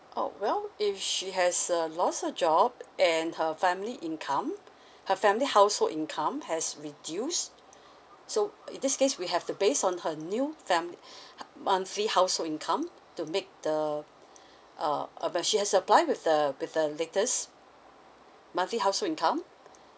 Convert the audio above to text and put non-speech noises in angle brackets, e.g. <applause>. orh well if she has uh lost her job and her family income her family household income has reduced so in this case we have to base on her new family <noise> monthly household income to make the uh uh but she has to apply with the with the latest monthly household income